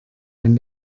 ein